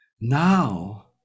Now